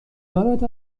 دارد